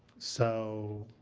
so,